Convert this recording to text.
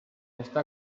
està